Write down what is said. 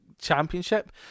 championship